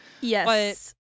Yes